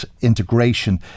integration